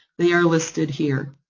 they are listed here.